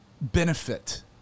benefit